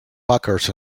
packers